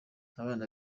abana